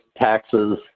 taxes